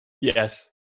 Yes